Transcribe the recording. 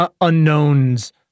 unknowns